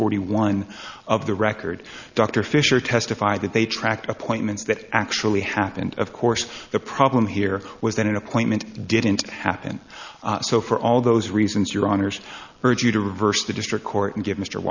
forty one of the record dr fisher testified that they tracked appointments that actually happened of course the problem here was that an appointment didn't happen so for all those reasons your honour's urge you to reverse the district court and give mr